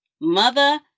Mother